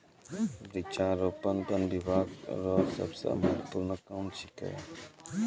वृक्षारोपण वन बिभाग रो सबसे महत्वपूर्ण काम छिकै